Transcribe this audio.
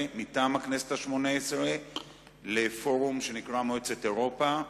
ומטעם הכנסת השמונה-עשרה לפורום שנקרא מועצת אירופה,